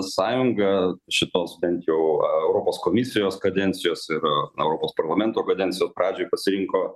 sąjunga šitos bent jau europos komisijos kadencijos ir europos parlamento kadencijos pradžiai pasirinko